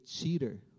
cheater